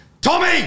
Tommy